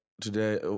today